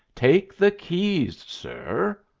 take the keys, sir.